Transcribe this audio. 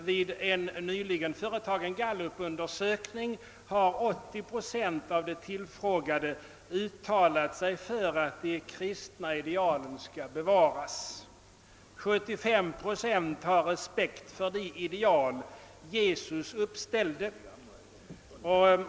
Vid en nyligen företagen gallupundersökning uttalar sig 80 procent av de tillfrågade för att de kristna idealen skall bevaras, och 75 procent har respekt för de ideal Jesus uppställde.